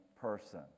person